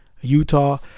Utah